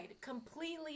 completely